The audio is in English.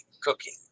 cooking